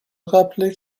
rappeler